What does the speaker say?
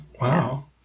Wow